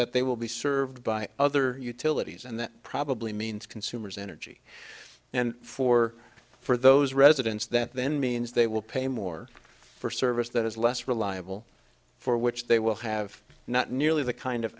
that they will be served by other utilities and that probably means consumers energy and for for those residents that then means they will pay more for service that is less reliable for which they will have not nearly the kind of